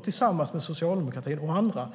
Tillsammans med Socialdemokraterna och andra